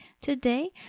Today